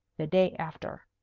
the day after.